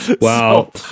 wow